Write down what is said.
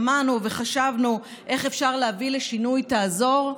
שמענו וחשבנו איך אפשר להביא לשינוי תעזור?